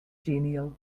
genial